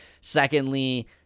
Secondly